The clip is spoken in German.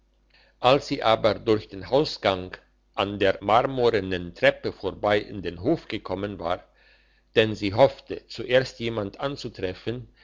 als sie aber durch den hausgang an der marmornen treppe vorbei in den hof gekommen war denn sie hoffte zuerst jemand anzutreffen